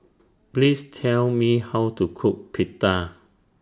Please Tell Me How to Cook Pita